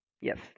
Yes